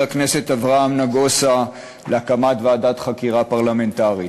הכנסת אברהם נגוסה להקמת ועדת חקירה פרלמנטרית,